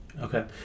Okay